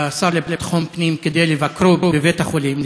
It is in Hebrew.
לשר לביטחון הפנים כדי לבקרו בבית-החולים,